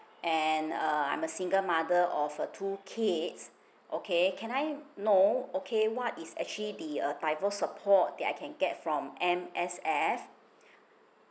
and uh I'm a single mother of uh two kids okay can I know okay what is actually the uh divorce support that I can get from M_S_F